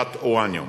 בהעשרת אורניום